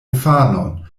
infanon